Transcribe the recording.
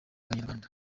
abanyarwanda